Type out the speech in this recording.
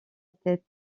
tête